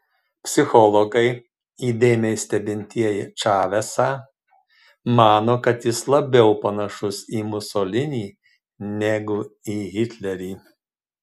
psichologai įdėmiai stebintieji čavesą mano kad jis labiau panašus į musolinį negu į hitlerį